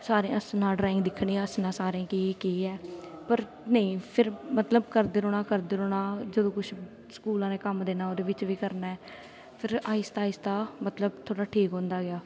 सारें हस्सना ड्राईंग दिक्खनी हस्सना सारें कि एह् केह् ऐ पर नेईं फिर मतलब करदे रौह्ना करदे रौंह्ना जदूं कुछ स्कूला दे कम्म देना ओह्दे बिच्च बी करना ऐ फिर आहिस्ता आहिस्ता मतलब थोह्ड़ा ठीक होंदा गेआ